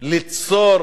ליצור